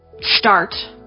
Start